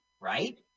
right